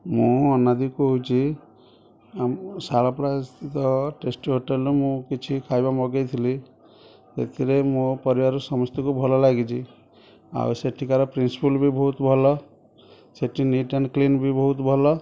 ମୁଁ ଅନାଦି କହୁଛି ଆମ ସଲପଡ଼ା ସ୍ଥିତ ଟେଷ୍ଟି ହୋଟେଲ୍ରୁ ମୁଁ କିଛି ଖାଇବା ମଗେଇଥିଲି ଏଥିରେ ମୋ ପରିବାରର ସମସ୍ତଙ୍କୁ ଭଲ ଲାଗିଛି ଆଉ ସେଠିକାର ପ୍ରିନସପୁଲ୍ ବି ବହୁତ ଭଲ ସେଠି ନିଟ୍ ଆଣ୍ଡ କ୍ଲିନ୍ ବି ବହୁତ ଭଲ